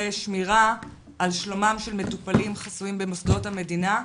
שמירה על שלומם של מטופלים חסויים במוסדות המדינה.